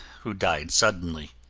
who died suddenly.